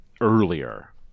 earlier